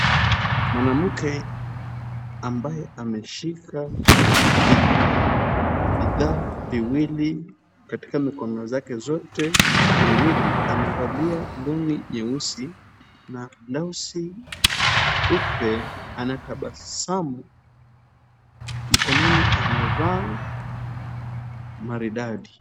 Mwanamke ambaye ameshika bidhaa viwili katika mikono zake zote miwili, amevalia long'i nyeusi na blauzi nyeupe, anatabasamu. Mkononi amevaa maridadi.